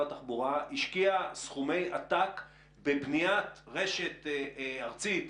התחבורה השקיע סכומי עתק בבניית רשת ארצית,